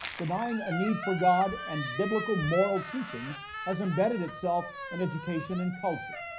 denying a need for god and biblical moral teaching has embedded itself in education and culture.